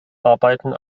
arbeiten